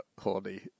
horny